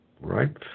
Right